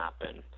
happen